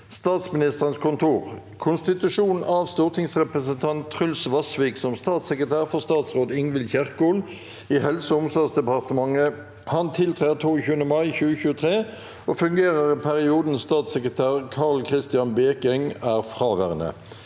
Statsministerens kontor Konstitusjon av stortingsrepresentant Truls Vasvik som statssekretær for statsråd Ingvild Kjerkol i Helse- og omsorgsdepartementet. Han tiltrer 22. mai 2023 og fungerer i perioden statssekretær Karl Kristian Bekeng er fraværende.»